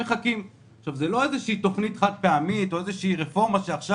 זו לא תוכנית חד-פעמית או משהו חדש,